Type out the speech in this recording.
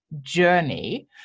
journey